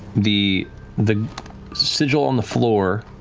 the the sigil on the floor,